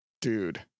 Dude